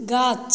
गाछ